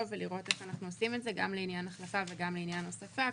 ולראות איך אנחנו עושים את זה גם לענין ההחלפה וגם לענין ההוספה,